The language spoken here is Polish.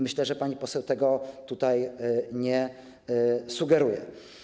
Myślę, że pani poseł tego tutaj nie sugeruje.